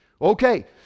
Okay